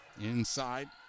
Inside